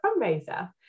fundraiser